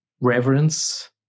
reverence